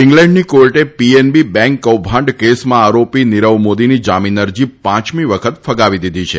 ઈગ્લેન્ડની કોર્ટે PNB bank કૌભાંડ કેસમાં આરોપી નિરવ મોદીની જામીન અરજી પાંચમી વખત ફગાવી દીધી છે